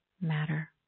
matter